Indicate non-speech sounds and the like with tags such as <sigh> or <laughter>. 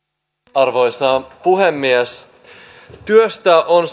arvoisa puhemies työstä on <unintelligible>